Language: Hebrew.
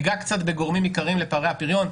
ניגע קצת בגורמים עיקריים לפערי הפריון.